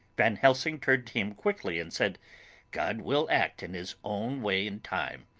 van helsing turned to him quickly and said god will act in his own way and time.